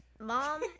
Mom